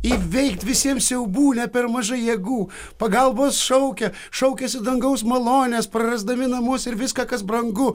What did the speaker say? įveikt visiems siaubūnę per mažai jėgų pagalbos šaukia šaukiasi dangaus malonės prarasdami namus ir viską kas brangu